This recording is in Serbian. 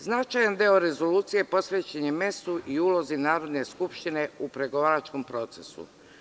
Značajan deo rezolucije posvećen je mestu i ulozi Narodne skupštine u pregovaračkom procesu.